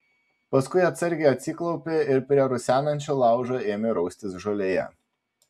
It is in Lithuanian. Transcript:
paskui atsargiai atsiklaupė ir prie rusenančio laužo ėmė raustis žolėje